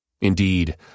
Indeed